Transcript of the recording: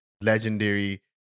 legendary